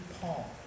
Paul